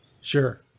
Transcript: Sure